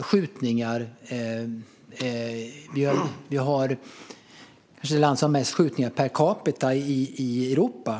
skjutningar. Vi är det land som har flest skjutningar per capita i Europa.